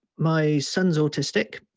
my son's autistic.